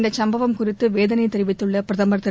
இந்தச் சம்பவம் குறித்து வேதனை தெரிவித்துள்ள பிரதமர் திரு